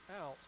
out